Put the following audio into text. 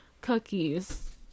cookies